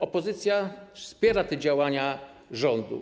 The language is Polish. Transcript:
Opozycja wspiera te działania rządu.